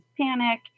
panic